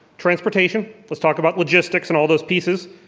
transportation, let's talk about logistics and all those pieces.